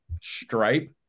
stripe